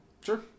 Sure